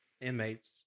inmates